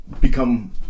become